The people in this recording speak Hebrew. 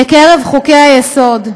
בקרב חוקי-היסוד.